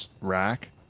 rack